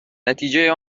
نتیجه